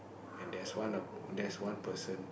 and there's one err there's one person